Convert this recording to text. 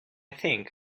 think